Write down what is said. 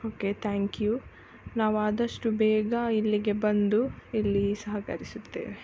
okay thank you ನಾವು ಆದಷ್ಟು ಬೇಗ ಇಲ್ಲಿಗೆ ಬಂದು ಇಲ್ಲಿ ಸಹಕರಿಸುತ್ತೇವೆ